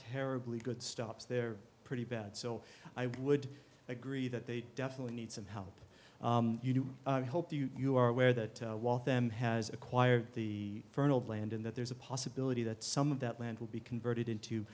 terribly good stops they're pretty bad so i would agree that they definitely need some help you hope you are aware that waltham has acquired the fertile land in that there's a possibility that some of that land will be converted into